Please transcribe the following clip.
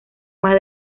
más